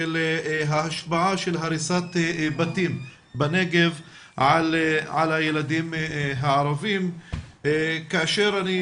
של ההשפעה של הריסת בתים בנגב על הילדים הערבים כאשר אני